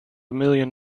million